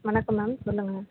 வணக்கம் மேம் சொல்லுங்க